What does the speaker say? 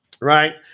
Right